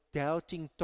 doubting